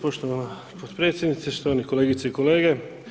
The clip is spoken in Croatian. Poštovana potpredsjednice, štovane kolegice i kolege.